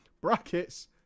Brackets